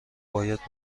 باید